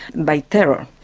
by terror.